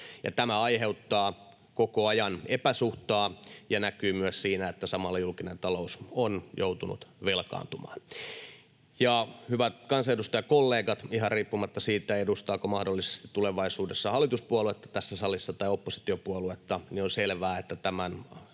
Tämä aiheuttaa koko ajan epäsuhtaa ja näkyy myös siinä, että samalla julkinen talous on joutunut velkaantumaan. Ja, hyvät kansanedustajakollegat, ihan riippumatta siitä, edustaako tässä salissa tulevaisuudessa mahdollisesti hallituspuoluetta vai oppositiopuoluetta, on selvää, että tämän